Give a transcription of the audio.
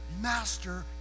Master